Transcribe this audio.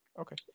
Okay